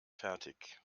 fertig